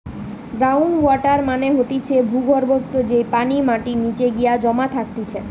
ground water মানে হতিছে ভূর্গভস্ত, যেই পানি মাটির নিচে গিয়ে জমা থাকতিছে